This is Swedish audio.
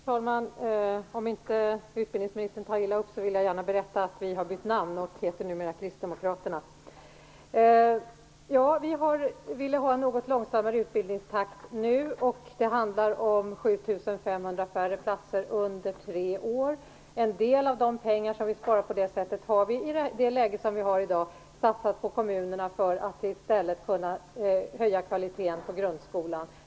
Fru talman! Om utbildningsministern inte tar illa upp vill jag gärna berätta att vi har bytt namn och numera heter Kristdemokraterna. Ja, vi vill ha en något långsammare utbildningstakt nu. Det handlar om 7 500 färre platser under tre år. En del av de pengar som vi sparar på det sättet har vi i det läge som råder i dag satsat på kommunerna för att i stället kunna höja kvaliteten på grundskolan.